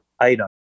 item